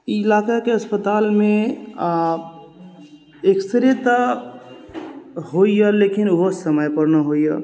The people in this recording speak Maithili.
ई इलाकाके अस्पतालमे एक्स रे तऽ होइए लेकिन ओहो समयपर नहि होइए